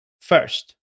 First